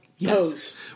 Yes